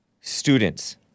students